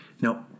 Now